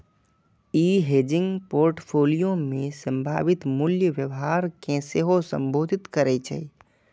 ई hedging portfolio मे संभावित मूल्य व्यवहार कें सेहो संबोधित करै छै